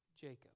Jacob